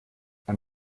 man